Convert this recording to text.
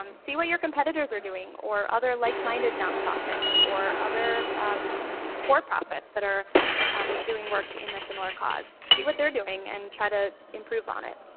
um see what your competitors are doing or other like-minded nonprofits or other for-profits that are doing work in a similar cause. see what they're doing and try to improve on it.